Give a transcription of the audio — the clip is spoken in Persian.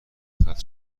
ختم